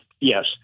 Yes